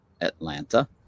Atlanta